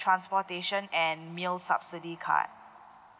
transportation and meal subsidy card